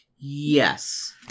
yes